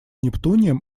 нептунием